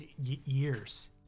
Years